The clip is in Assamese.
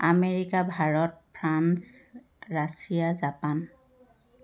America Bharat France Russia Japan